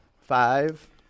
Five